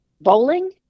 Bowling